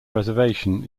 reservation